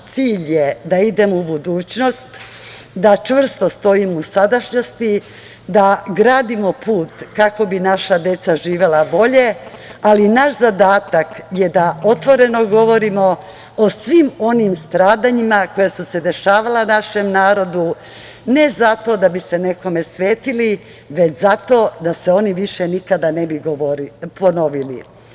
Naš cilj je da idemo u budućnost, da čvrsto stojimo u sadašnjosti, da gradimo put kako bi naša deca živela bolje, ali naš zadatak je da otvoreno govorimo o svim onim stradanjima koja su se dešavala našem narodu, ne zato da bi se nekome svetili, već zato da se oni više ne bi nikada ponovili.